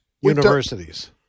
Universities